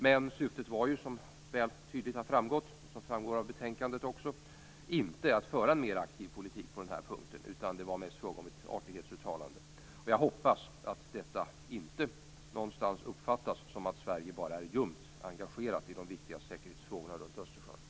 Men syftet var, som väl tydligt har framgått - det framgår också av betänkandet - inte att föra en mera aktiv politik på den här punkten, utan det var mest fråga om ett artighetsuttalande. Jag hoppas att detta inte någonstans uppfattas så att Sverige bara är ljumt engagerat i de viktiga säkerhetsfrågorna runt Östersjön.